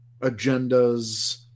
agendas